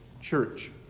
church